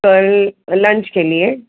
कल लंच के लिए